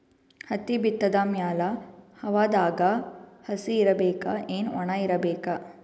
ಹತ್ತಿ ಬಿತ್ತದ ಮ್ಯಾಲ ಹವಾದಾಗ ಹಸಿ ಇರಬೇಕಾ, ಏನ್ ಒಣಇರಬೇಕ?